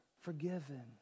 forgiven